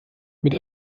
mit